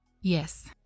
Yes